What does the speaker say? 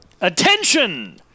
Attention